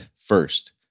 first